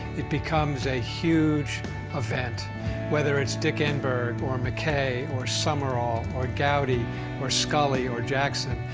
it becomes a huge event whether it's dick enberg or mckay or summerall or gowdy or scully or jackson.